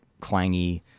clangy